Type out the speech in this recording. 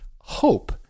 hope